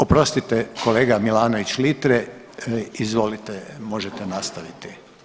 Oprostite kolega Milanović Litre, izvolite možete nastaviti.